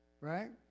Right